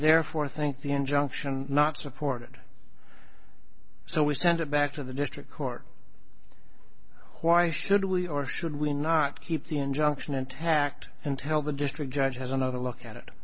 therefore think the injunction not supported so we sent it back to the district court why should we or should we not keep the injunction intact and tell the district judge has another look at it